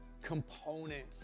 component